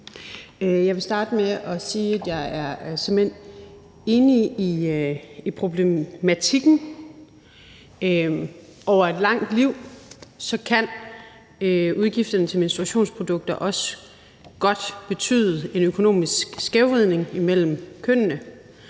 Jeg vil starte med at sige, at jeg såmænd er enig i forhold til problematikken. Over et langt liv kan udgiften til menstruationsprodukter også godt betyde en økonomisk skævvridning mellem kønnene,